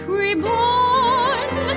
reborn